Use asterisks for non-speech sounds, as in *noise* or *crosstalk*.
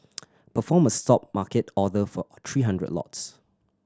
*noise* perform a Stop market order for three hundred lots